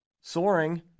soaring